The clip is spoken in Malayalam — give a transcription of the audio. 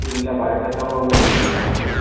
ഇല്ല പാരസെറ്റാമോൾ ഒന്നും ഇല്ല കയ്യിൽ കയ്യിൽ